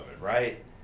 right